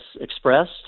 expressed